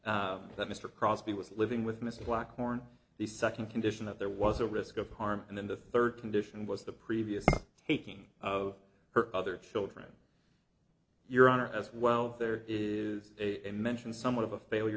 that mr crosby was living with mr black or in the second condition that there was a risk of harm and then the third condition was the previous taking of her other children your honor as well there is a mention somewhat of a failure